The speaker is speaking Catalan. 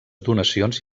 donacions